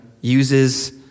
uses